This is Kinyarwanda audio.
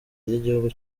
ry’igihugu